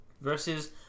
versus